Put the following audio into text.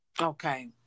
Okay